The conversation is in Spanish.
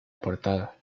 portada